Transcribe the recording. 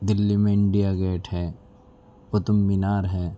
دہلی میں India gate ہے قطب مینار ہے